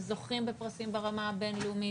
שזוכים בפרסים ברמה הבין-לאומית.